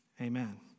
amen